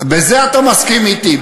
בזה אתה מסכים אתי.